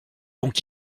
donc